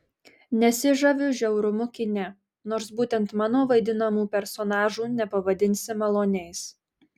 nesižaviu žiaurumu kine nors būtent mano vaidinamų personažų nepavadinsi maloniais